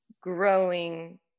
growing